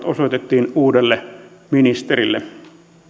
osoitettiin uudelle ministerille